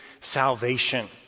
salvation